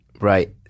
Right